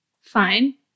fine